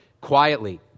quietly